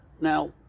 Now